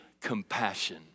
compassion